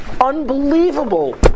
unbelievable